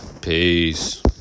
Peace